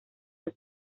los